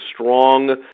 strong